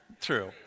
True